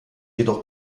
jedoch